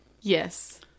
Yes